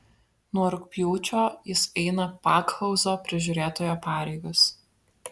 nuo rugpjūčio jis eina pakhauzo prižiūrėtojo pareigas